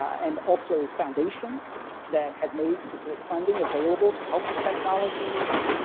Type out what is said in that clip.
and also foundations that have made specific funding available to help with technology needs.